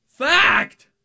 Fact